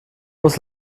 muss